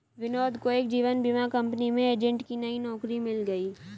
विनोद को एक जीवन बीमा कंपनी में एजेंट की नई नौकरी मिल गयी